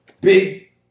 Big